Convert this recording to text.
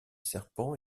serpents